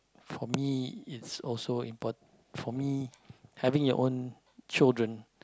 for me is also impor~ for me having your own children